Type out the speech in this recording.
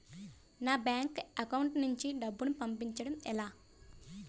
నా bank account నుంచి డబ్బును పంపించడం ఎలా?